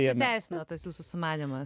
pasiteisino tas jūsų sumanymas